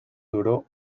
duró